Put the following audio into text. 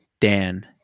Dan